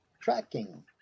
tracking